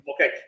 Okay